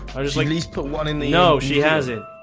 i just like these put one in the know. she has it.